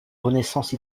renaissance